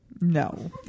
No